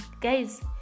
guys